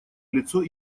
лицо